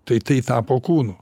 tai tai tapo kūnu